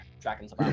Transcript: dragons